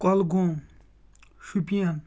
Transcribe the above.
کۄلہٕ گوٗم شُپین